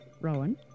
Rowan